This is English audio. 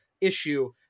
issue